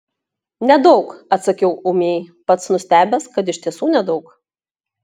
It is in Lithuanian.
nedaug atsakiau ūmiai pats nustebęs kad iš tiesų nedaug